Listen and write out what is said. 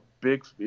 big